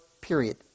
period